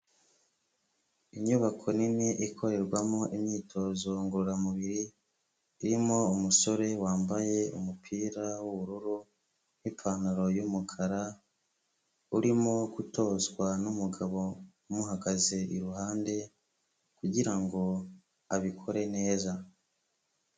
Inyubako nini ikorerwamo imyitozo ngororamubiri, irimo umusore wambaye umupira w'ubururu n'ipantaro y'umukara, urimo gutozwa n'umugabo umuhagaze iruhande kugira ngo abikore neza.